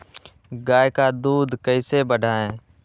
गाय का दूध कैसे बढ़ाये?